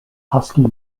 husky